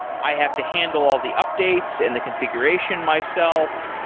i have to handle all the updates and the configuration myself.